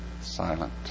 silent